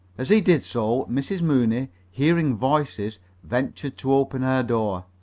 as he did so, mrs. mooney, hearing voices, ventured to open her door.